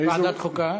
ועדת החוקה?